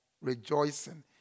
rejoicing